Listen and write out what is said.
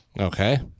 Okay